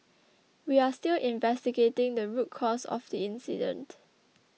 we are still investigating the root cause of the incident